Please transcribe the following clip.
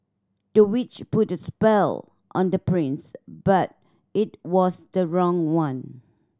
the witch put a spell on the prince but it was the wrong one